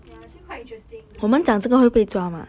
ya actually quite interesting the documentary